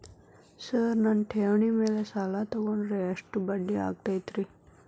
Sir ನನ್ನ ಠೇವಣಿ ಮೇಲೆ ಸಾಲ ತಗೊಂಡ್ರೆ ಎಷ್ಟು ಬಡ್ಡಿ ಆಗತೈತ್ರಿ?